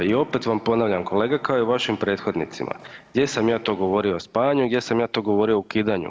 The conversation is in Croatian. I opet vam ponavljam kolega, kao i vašim prethodnicima, gdje sam ja to govorio o spajanju i gdje sam ja to govorio o ukidanju.